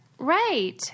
Right